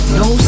no